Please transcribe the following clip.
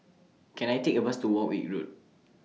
Can I Take A Bus to Warwick Road